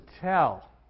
tell